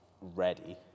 ready